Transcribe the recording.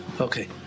Okay